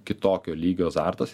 kitokio lygio azartas